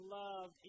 love